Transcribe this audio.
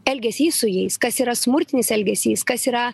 elgesys su jais kas yra smurtinis elgesys kas yra